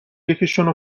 یکیشون